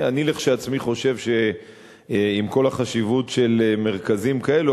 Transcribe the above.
אני כשלעצמי חושב שעם כל החשיבות של מרכזים כאלו,